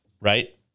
right